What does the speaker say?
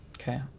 Okay